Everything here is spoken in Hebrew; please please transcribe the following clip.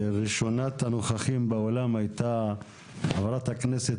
וראשונת הנוכחים באולם היתה חברת הכנסת